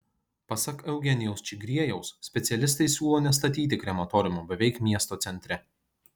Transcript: pasak eugenijaus čigriejaus specialistai siūlo nestatyti krematoriumo beveik miesto centre